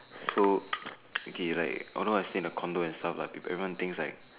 so okay like although I stay in a condo and everyone like